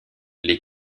les